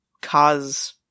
cause